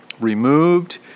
removed